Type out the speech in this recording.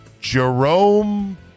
Jerome